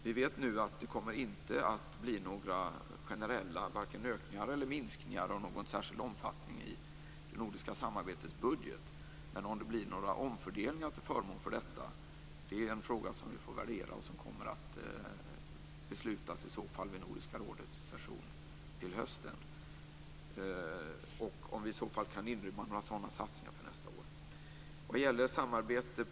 Vi vet nu att det inte kommer att bli några generella ökningar eller minskningar av större omfattning i budgeten för det nordiska samarbetet. Om det blir några omfördelningar till förmån för detta och om vi på det här området kan inrymma några satsningar för nästa år är en fråga som vi får värdera och där beslut i så fall kommer att fattas vid Nordiska rådets session till hösten.